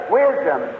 wisdom